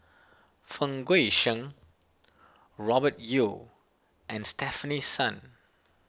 Fang Guixiang Robert Yeo and Stefanie Sun